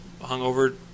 hungover